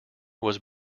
was